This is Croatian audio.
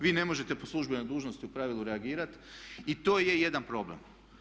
Vi ne možete po službenoj dužnosti u pravilu reagirati i to je jedan problem.